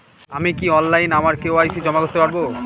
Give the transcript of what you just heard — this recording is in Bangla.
আমি কি অনলাইন আমার কে.ওয়াই.সি জমা করতে পারব?